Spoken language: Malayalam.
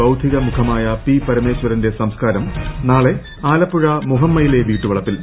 ബൌദ്ധിക മുഖമായ പ്പി പ്രമേശ്വരന്റെ സംസ്കാരം നാളെ ആലപ്പുഴ മുഹമ്മയില്ല വീട്ടുവളപ്പിൽ